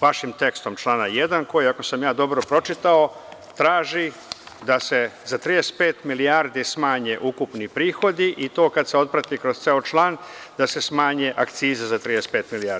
vašim tekstom člana 1. koji, ako sam ja dobro pročitao, traži da se za 35 milijardi smanje ukupni prihodi, a to kad se otprati kroz ceo član da se smanje akcize za 35 milijardi.